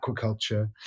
aquaculture